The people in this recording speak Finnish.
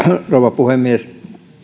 rouva puhemies